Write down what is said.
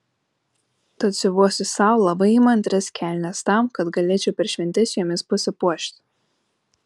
tad siuvuosi sau labai įmantrias kelnes tam kad galėčiau per šventes jomis pasipuošti